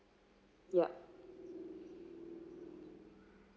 yup